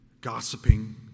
gossiping